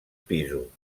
pisos